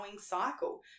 cycle